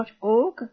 org